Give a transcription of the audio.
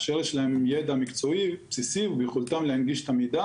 אשר יש להם ידע מקצועי בסיסי וביכולתם להנגיש את המידע